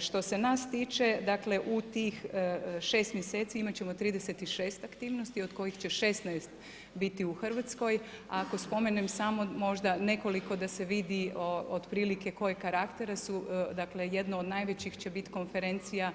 Što se nas tiče, dakle, u tih 6 mjeseci imati ćemo 36 aktivnosti od kojih će 16 biti u RH, a ako spomenem samo možda nekoliko da se vidi otprilike kojeg karaktera su, dakle, jedno od najvećih će biti konferencija